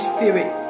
Spirit